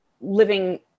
living